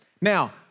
Now